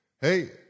Hey